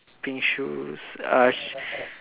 pink shoes err